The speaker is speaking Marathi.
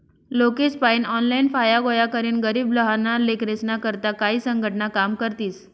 लोकेसपायीन ऑनलाईन फाया गोया करीन गरीब लहाना लेकरेस्ना करता काई संघटना काम करतीस